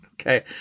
Okay